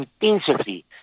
intensively